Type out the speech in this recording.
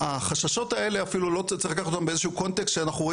החששות האלה אפילו לא צריך לקחת אותם באיזה שהוא קונטקסט שאנחנו רואים